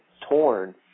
torn